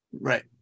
Right